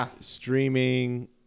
streaming